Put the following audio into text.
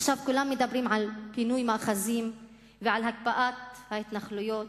עכשיו כולם מדברים על פינוי מאחזים ועל הקפאת ההתנחלויות.